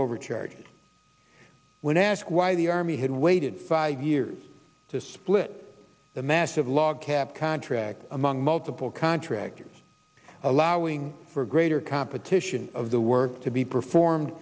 over charged when asked why the army had waited five years to split the massive log cap contract among multiple contractors allowing for greater competition of the work to be performed